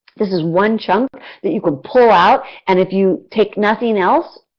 this is one chunk that you can pull out and if you take nothing else,